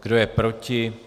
Kdo je proti?